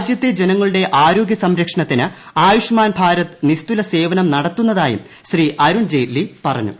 രാജ്യത്തെ ജനങ്ങളുടെ ആരോഗ്യ സംരക്ഷണത്തിന് ആയുഷ്മാൻ ഭാരത് നിസ്തുല സേവനം നടത്തുന്നതായും ശ്രീ ജെയ്റ്റ്ലി പറഞ്ഞു